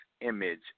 image